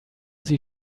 sie